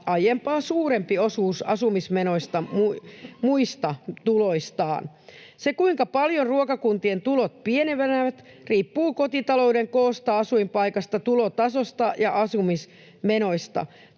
aiempaa suurempi osuus asumismenoista muista tuloistaan. Se, kuinka paljon ruokakuntien tulot pienenevät, riippuu kotitalouden koosta, asuinpaikasta, tulotasosta ja asumismenoista.